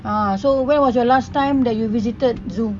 uh so when was your last time you visited zoo